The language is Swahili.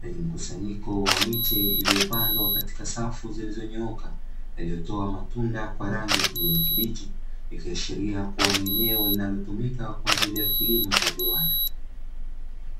na mkusanyiko wa miche iliyopandwa katika mstari ulionyooka, yaliyotoa matunda kwa rangi ya kijani kibichi ikiashiria ni eneo linalotumika kwajili ya kilimo cha viwanda.